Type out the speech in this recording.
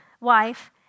wife